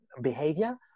behavior